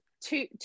two